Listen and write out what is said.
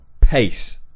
Pace